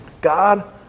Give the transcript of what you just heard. God